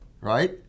right